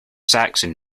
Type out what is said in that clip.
saxon